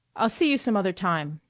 i'll see you some other time,